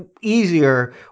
easier